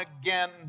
again